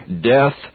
Death